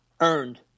earned